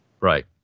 Right